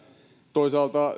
toisaalta